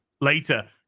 later